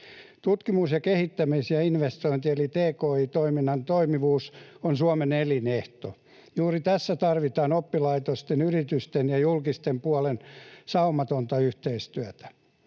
Tutkimus-, kehitys- ja innovointi- eli tki-toiminnan toimivuus on Suomen elinehto. Juuri tässä tarvitaan oppilaitosten, yritysten ja julkisen puolen saumatonta yhteistyötä.